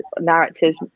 narratives